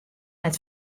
net